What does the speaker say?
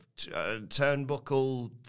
turnbuckle